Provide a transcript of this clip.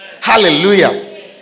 Hallelujah